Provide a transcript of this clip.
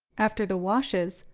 after the washes,